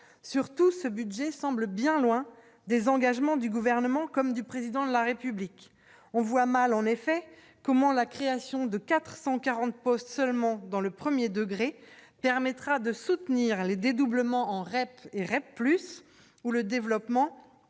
surtout ce budget semble bien loin des engagements du gouvernement comme du président de la République, on voit mal en effet comment la création de 440 postes seulement dans le 1er degré permettra de soutenir les dédoublements en REP et REP plus ou le développement de